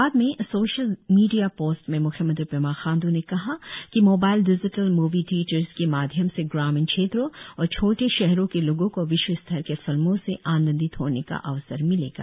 बाद में social media post में मुख्यमंत्री पेमा खांड़ ने कहा कि मोबाइल डिजिटल मुवी थियेटर्स के माध्यम से ग्रामीण क्षेत्रों और छोटे शहरों के लोगों को विश्व स्तर के फिल्मों से आनन्दित होने का अवसर मिलेगा